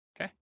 Okay